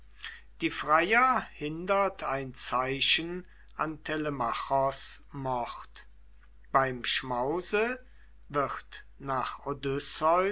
die freier hindert ein zeichen an telemachos mord beim schmause wird nach